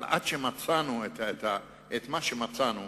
אבל עד שמצאנו את מה שמצאנו,